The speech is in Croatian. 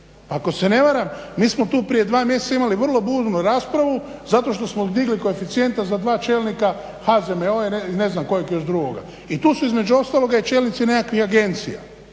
Ako se ne varam mi smo tu prije dva mjeseca imali vrlo burnu raspravu zato što smo digli koeficijenta za dva čelnika HZMO i ne znam kojeg još drugoga. I tu su između ostalog i čelnici nekakvih agencija